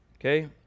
okay